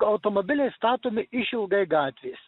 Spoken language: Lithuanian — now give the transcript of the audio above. automobiliai statomi išilgai gatvės